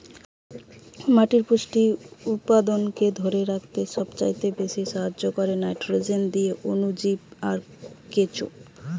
মাটির পুষ্টি উপাদানকে ধোরে রাখতে সবচাইতে বেশী সাহায্য কোরে নাইট্রোজেন দিয়ে অণুজীব আর কেঁচো